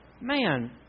Man